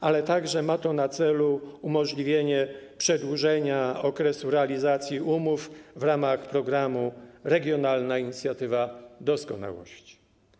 Ma to także na celu umożliwienie przedłużenia okresu realizacji umów w ramach programu ˝Regionalna inicjatywa doskonałości˝